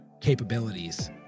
capabilities